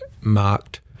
marked